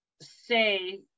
say